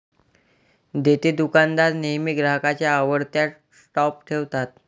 देतेदुकानदार नेहमी ग्राहकांच्या आवडत्या स्टॉप ठेवतात